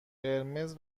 قرمز